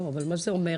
לא, אז מה זה אומר.